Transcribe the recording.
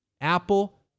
apple